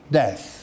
death